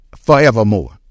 forevermore